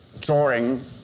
drawing